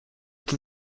can